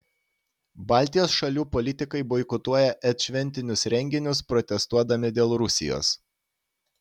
baltijos šalių politikai boikotuoja et šventinius renginius protestuodami dėl rusijos